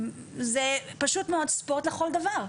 זה פשוט מאוד ספורט לכל דבר,